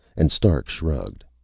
and stark shrugged.